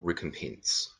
recompense